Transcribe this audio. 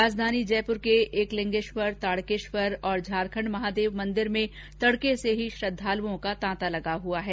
राजधानी जयपुर के एकलिंगेश्वर ताडकेश्वर और झारखंड महादेव मन्दिर में तड़के से ही श्रद्धालुओं का तांता लगा हुआ है